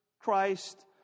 Christ